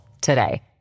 today